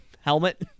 helmet